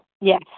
Yes